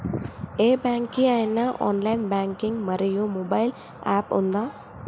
ఏ bank కి ఐనా online banking మరియు మొబైల్ యాప్ ఉందా?